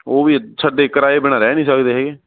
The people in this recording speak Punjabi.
ਉਹ ਵੀ ਛੱਡੇ ਕਿਰਾਏ ਬਿਨਾਂ ਰਹਿ ਨਹੀਂ ਸਕਦੇ ਹੈਗੇ